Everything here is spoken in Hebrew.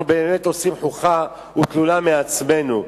אנחנו באמת עושים חוכא ואטלולא מעצמנו.